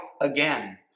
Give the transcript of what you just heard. again